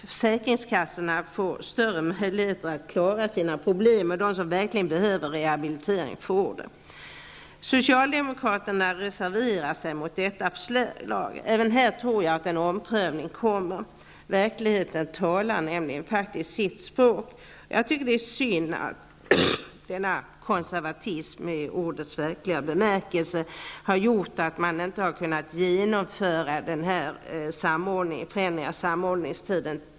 Försäkringskassorna får större möjligheter att klara av sina problem, och de som verkligen behöver rehablitering får sådan. Socialdemokraterna har reserverat sig mot detta förslag. Men även här tror jag att en omprövning kommer att ske. Verkligheten talar nämligen sitt tydliga språk. Jag måste säga att jag tycker att det är synd att denna konservatism -- i ordets verkliga bemärkelse -- har gjort att det inte har varit möjligt att långt tidigare genomföra en förändring av samordningstiden.